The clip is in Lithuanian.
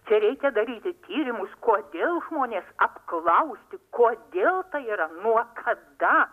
čia reikia daryti tyrimus kodėl žmonės apklausti kodėl tai yra nuo kada